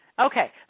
Okay